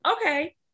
okay